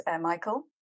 Michael